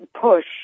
push